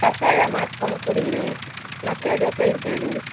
ಕಷಾಯ ಮಾಡ್ಕೊಂಡು ಕುಡಿಯಿರಿ ಮಕ್ಕಳ ಜೊತೆ ಇರಬೇಡಿ